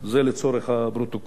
זה לצורך הפרוטוקול.